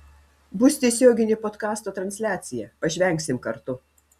bus tiesioginė podkasto transliacija pažvengsim kartu